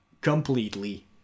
completely